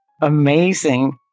Amazing